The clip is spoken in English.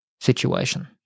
situation